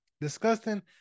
Disgusting